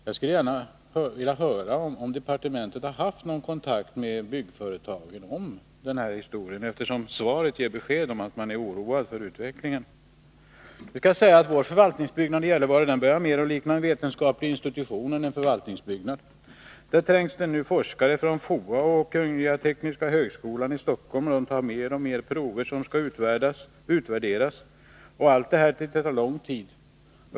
Jag skulle gärna vilja höra om departementet har haft någon kontakt med byggföretagen om den här historien, eftersom svaret ger besked om att man är oroad över utvecklingen. Låt mig också säga att vår förvaltningsbyggnad i Gällivare börjar likna en vetenskaplig institution mer än en förvaltningsbyggnad. Där trängs nu forskare från FOA och Kungl. tekniska högskolan i Stockholm. De tar fler och fler prover, som skall utvärderas. Allt detta tar lång tid.